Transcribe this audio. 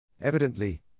Evidently